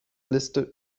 liste